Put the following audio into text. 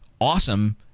awesome